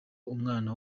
umwana